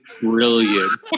brilliant